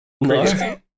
No